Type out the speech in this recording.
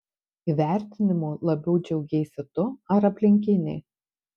įvertinimu labiau džiaugeisi tu ar aplinkiniai